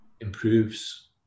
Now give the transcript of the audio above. improves